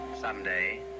Someday